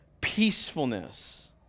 Peacefulness